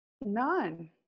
None